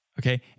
okay